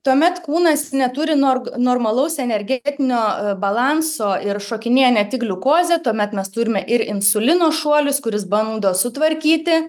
tuomet kūnas neturi norg normalaus energetinio balanso ir šokinėja ne tik gliukozė tuomet mes turime ir insulino šuolius kuris bando sutvarkyti